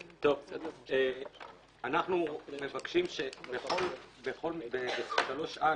אנחנו מבקשים בסעיף 3(א),